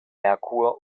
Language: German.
merkur